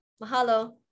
Mahalo